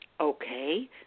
Okay